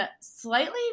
slightly